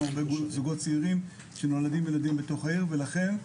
הרבה זוגות צעירים שנולדים להם ילדים בתוך העיר ולכן,